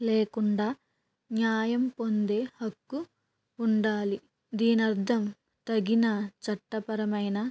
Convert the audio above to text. లేకుండా న్యాయం పొందే హక్కు ఉండాలి దీని అర్థం తగిన చట్టపరమైన